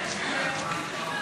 סעיפים 1